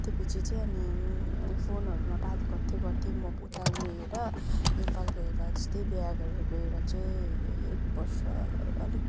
त्यो पछि चाहिँ अनि फोनहरूमा बात गर्दै गर्दै म उता गएर नेपाल गएर त्यस्तै बिहा गरेर गएर चाहिँ एक वर्ष अलिक